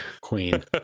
Queen